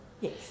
Yes